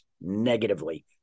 negatively